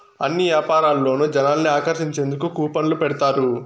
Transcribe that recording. అన్ని యాపారాల్లోనూ జనాల్ని ఆకర్షించేందుకు కూపన్లు పెడతారు